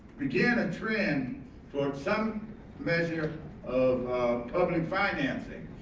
begin a trend for some measure of public financing.